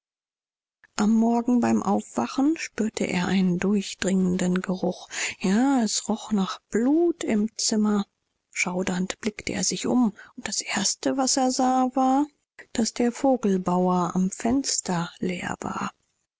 am morgen beim aufwachen spürte er einen durchdringenden geruch ja es roch nach blut im zimmer schaudernd blickte er sich um und das erste was er sah war daß der vogelbauer am fenster leer war